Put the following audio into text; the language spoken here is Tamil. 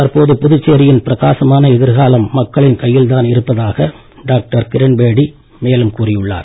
தற்போது புதுச்சேரியின் பிரகாசமான எதிர்காலம் மக்களின் கையில்தான் இருப்பதாக டாக்டர் கிரண்பேடி மேலும் கூறியுள்ளார்